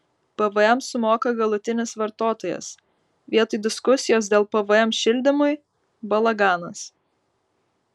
pvm sumoka galutinis vartotojas vietoj diskusijos dėl pvm šildymui balaganas